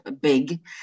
big